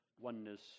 oneness